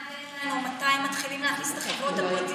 מתי מתחילים להכניס את החברות הפרטיות?